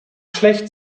schlecht